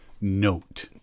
note